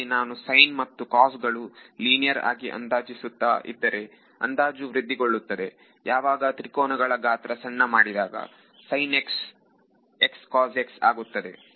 ಹೀಗಾಗಿ ನಾನು sine ಮತ್ತು cos ಗಳನ್ನು ಲೀನಿಯರ್ ಆಗಿ ಅಂದಾಜಿಸುತ್ತಾ ಇದ್ದರೆ ಅಂದಾಜು ವೃದ್ಧಿಗೊಳ್ಳುತ್ತದೆ ಯಾವಾಗ ತ್ರಿಕೋನಗಳ ಗಾತ್ರ ಸಣ್ಣ ಮಾಡಿದಾಗsinex cosx ಆಗುತ್ತದೆ